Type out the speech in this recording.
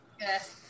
Yes